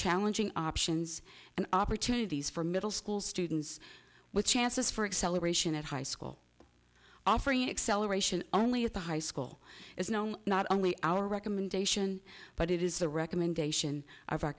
challenging options and opportunities for middle school students with chances for exhiliration at high school offering excel aeration only at the high school is known not only our recommendation but it is the recommendation of our